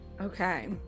Okay